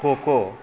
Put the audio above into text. kho kho